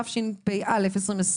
התשפ"א-2020,